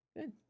Good